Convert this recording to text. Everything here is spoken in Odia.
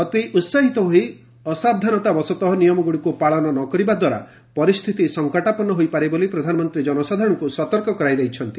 ଅତି ଉସାହିତ ହୋଇ ଅସାବଧାନତାବଶତଃ ନିୟମଗୁଡ଼ିକୁ ପାଳନ ନ କରିବାଦ୍ୱାରା ପରିସ୍ଥିତି ସଙ୍କଟାପନ୍ନ ହୋଇପାରେ ବୋଲି ପ୍ରଧାନମନ୍ତ୍ରୀ ଜନସାଧାରଣଙ୍କୁ ସତର୍କ କରାଇ ଦେଇଛନ୍ତି